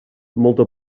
molta